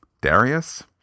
darius